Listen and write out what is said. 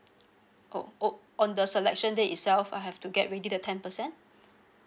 oh oh on the selection day itself I have to get ready the ten percent